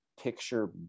picture